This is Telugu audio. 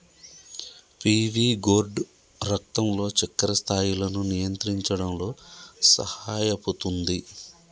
పీవీ గోర్డ్ రక్తంలో చక్కెర స్థాయిలను నియంత్రించడంలో సహాయపుతుంది